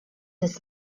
des